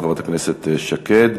חברת הכנסת שקד.